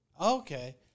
Okay